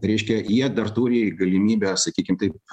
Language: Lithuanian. reiškia jie dar turi galimybę sakykim taip